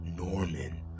Norman